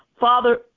Father